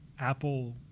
Apple